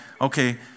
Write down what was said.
okay